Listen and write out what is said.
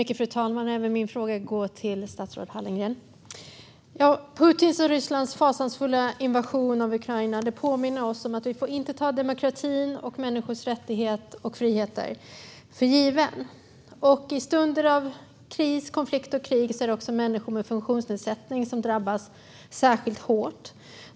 Fru talman! Även min fråga går till statsrådet Hallengren. Putins och Rysslands fasansfulla invasion av Ukraina påminner oss om att vi inte får ta demokratin och människors rättigheter och frihet för given. I stunder av kris, konflikt och krig är det också så att människor med funktionsnedsättning drabbas särskilt hårt.